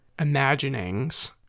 imaginings